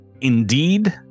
indeed